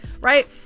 right